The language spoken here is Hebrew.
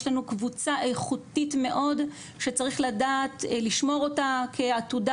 יש לנו קבוצה איכותית מאוד שצריך לדעת לשמור אותה כעתודה